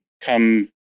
come